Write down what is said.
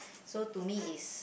so to me it's